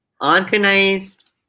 organized